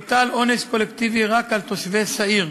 הוטל עונש קולקטיבי רק על תושבי סעיר,